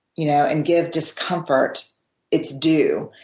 you know and give discomfort its due.